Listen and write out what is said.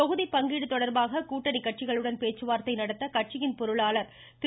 தொகுதி பங்கீடு தொடர்பாக கூட்டணி கட்சிகளுடன் பேச்சுவார்த்தை நடத்த கட்சியின் பொருளாளா திரு